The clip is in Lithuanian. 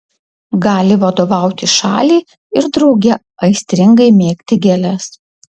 gali vadovauti šaliai ir drauge aistringai mėgti gėles